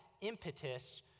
impetus